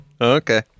Okay